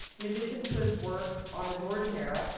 in addition to his work on the georgian era,